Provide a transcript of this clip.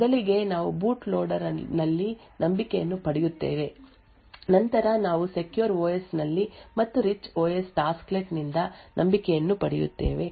ಮೊದಲಿಗೆ ನಾವು boot loader ನಲ್ಲಿ ನಂಬಿಕೆಯನ್ನು ಪಡೆಯುತ್ತೇವೆ ನಂತರ ನಾವು ಸೆಕ್ಯೂರ್ ಓಎಸ್ ನಲ್ಲಿ ಮತ್ತು ರಿಚ್ ಓಎಸ್ ಟಾಸ್ಕ್ಲೆಟ್ ನಿಂದ ನಂಬಿಕೆಯನ್ನು ಪಡೆಯುತ್ತೇವೆ